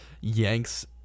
yanks